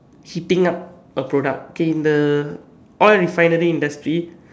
heating up a product k in the oil refinery industry